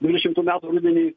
dvidešimtų metų rudenį